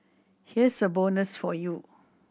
here's a bonus for you